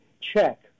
check